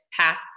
paths